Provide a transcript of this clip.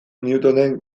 newtonen